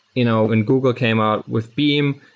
you know when google came out with beam,